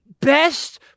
Best